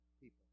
people